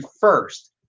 first